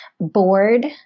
bored